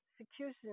execution